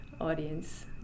audience